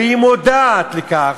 והיא מודעת לכך,